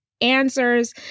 answers